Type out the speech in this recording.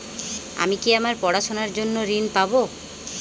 আমি কি আমার পড়াশোনার জন্য ঋণ পাব?